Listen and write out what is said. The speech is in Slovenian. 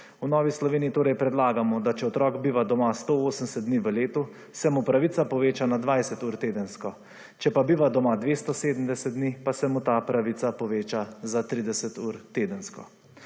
V Novi Sloveniji predlagamo, da se če otrok biva doma 180 dni v letu se mu pravica poveča na 20 ur tedensko, če pa biva doma 270 dni pa se mu ta pravica poveča za 30 ur tedensko.